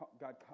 God